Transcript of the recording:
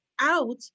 out